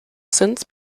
since